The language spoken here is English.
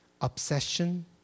obsession